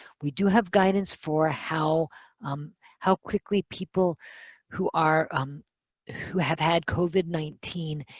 we do have guidance for how um how quickly people who are um who have had covid nineteen